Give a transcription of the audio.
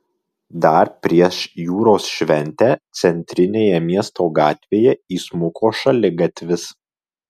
dar prieš jūros šventę centrinėje miesto gatvėje įsmuko šaligatvis